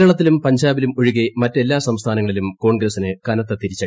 കേരളത്തിലും പഞ്ചാബിലും ഒഴികെ മറ്റെല്ലാ സംസ്ഥാ ന് നങ്ങളിലും കോൺഗ്രസ്സിന് കനത്ത തിരിച്ചടി